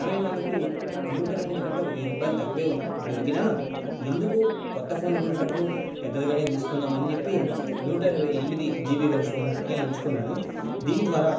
అరవై నాలుగు నూట ఇరవై ఎనిమిది కంటే ఒక వెయ్యి రుపాయిలు తక్కువే దొరికిన ఇందుకు కొత్త ఫోను కొనేందుకు పెద్దదిగానే తీసుకుందామని చెప్పి నూట ఇరవై ఎనిమిది జీబి గల ఫోనునే ఎంచుకున్నాను దీని ద్వారా